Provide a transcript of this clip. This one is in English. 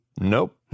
nope